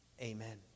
Amen